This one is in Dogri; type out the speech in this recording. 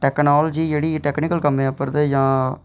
टेक्नोलॉजी जेह्ड़ी टेक्नोलॉजी दे कम्में च जां